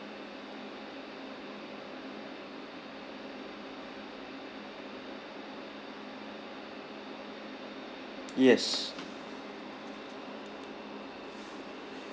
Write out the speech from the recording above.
yes